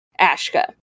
Ashka